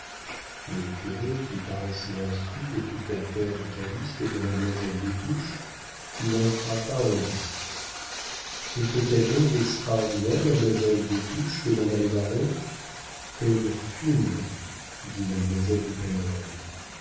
le curé qui paraissait instruit de toute l'affaire de calyste et de mademoiselle des touches n'entra pas en lice que fait-elle donc d'extraordinaire mademoiselle des touches demanda le baron elle fume dit mademoiselle de